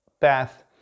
path